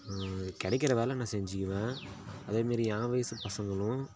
கிடைக்கற வேலை நான் செஞ்சிக்குவேன் அதேமாதிரி என் வயசு பசங்களும்